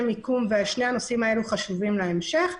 מיקום ושני השירותים הללו חשובים להמשך.